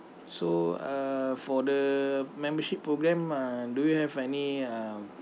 so uh for the membership program uh do you have any um